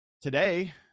Today